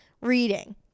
reading